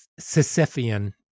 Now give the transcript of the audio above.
Sisyphean